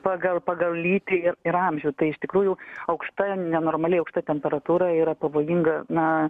pagal pagal lytį ir ir amžių tai iš tikrųjų aukšta nenormaliai aukšta temperatūra yra pavojinga na